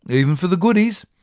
even for the goodies.